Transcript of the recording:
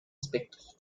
aspectos